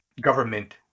government